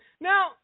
Now